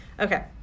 Okay